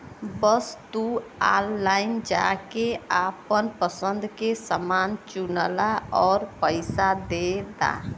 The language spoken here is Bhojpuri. बस तू ऑनलाइन जाके आपन पसंद के समान चुनला आउर पइसा दे दा